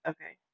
Okay